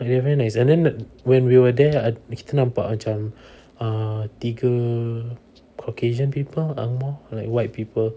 they are very nice and then the when we were there kita nampak macam uh tiga caucasian people ang moh like white people